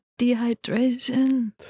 Dehydration